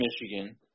Michigan